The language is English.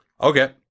Okay